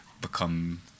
become